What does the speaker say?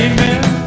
Amen